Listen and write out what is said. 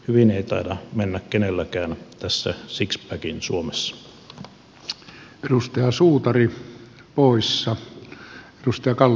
hyvin ei taida mennä kenelläkään tässä sixpackin suomessa